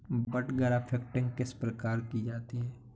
बड grafting किस प्रकार की जाती है?